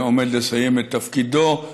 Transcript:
עומד לסיים את תפקידו,